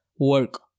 Work